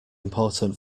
important